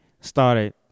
started